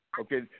okay